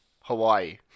Hawaii